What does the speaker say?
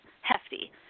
hefty